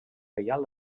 reial